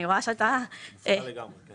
את צריכה לגמרי, כן.